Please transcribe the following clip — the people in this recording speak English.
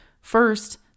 First